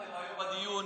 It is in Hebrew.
בדיון.